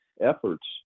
Efforts